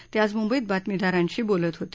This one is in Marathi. ते आज मुंबईत बातमीदारांशी बोलत होते